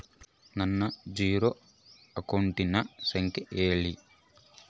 ನನ್ನ ಜೇರೊ ಅಕೌಂಟಿನ ಸಂಖ್ಯೆ ಹೇಳ್ರಿ?